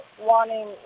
wanting